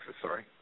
sorry